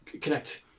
connect